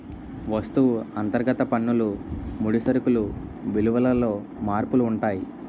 వస్తువు అంతర్గత పన్నులు ముడి సరుకులు విలువలలో మార్పులు ఉంటాయి